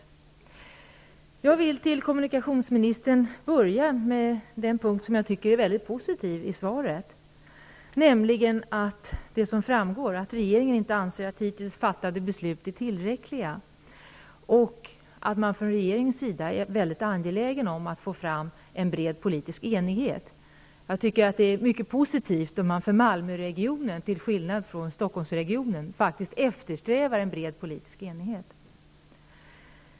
När jag vänder mig till kommunikationsministern vill jag börja med den punkt i svaret som jag tycker är mycket positiv, nämligen att regeringen inte anser att hittills fattade beslut är tillräckliga och att regeringen är mycket angelägen om att få fram en bred politisk enighet. Jag tycker att det är mycket positivt att man för Malmöregionen, till skillnad från Stockholmsregionen, faktiskt eftersträvar en bred politisk enighet.